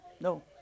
no